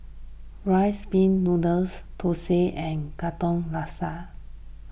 Rice Pin Noodles Thosai and Katong Laksa